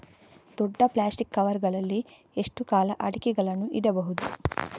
ದೊಡ್ಡ plastic cover ಗಳಲ್ಲಿ ಎಷ್ಟು ಕಾಲ ಅಡಿಕೆಗಳನ್ನು ಇಡಬಹುದು?